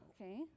Okay